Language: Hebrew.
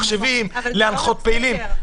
אם זה להתקנת מחשבים או להנחות פעילים וכו'.